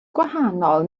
gwahanol